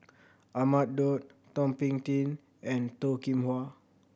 Ahmad Daud Thum Ping Tjin and Toh Kim Hwa